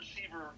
receiver